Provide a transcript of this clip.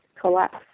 collapse